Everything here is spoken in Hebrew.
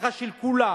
הבטחה של כולם,